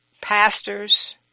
pastors